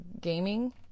gaming